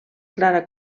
clara